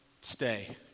stay